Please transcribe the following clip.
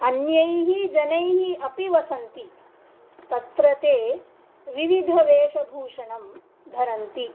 अन्याः जनाः अपि वसन्ति तत्र ते विविधवेषभूषणं धरन्ति